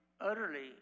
utterly